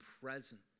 present